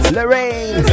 Lorraine